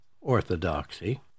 orthodoxy